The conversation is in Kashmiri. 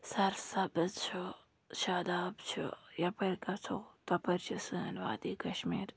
سَرسَبٕز چھُ شاداب چھُ یَپٲرۍ گژھو تَپٲرۍ چھِ سٲنۍ وادی کَشمیٖر